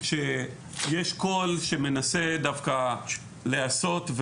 כשיש קול שמנסה דווקא להסות,